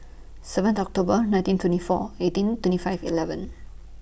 seventh October nineteen twenty four eighteen twenty five eleven